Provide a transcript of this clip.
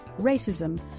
racism